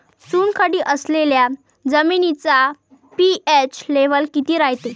चुनखडी असलेल्या जमिनीचा पी.एच लेव्हल किती रायते?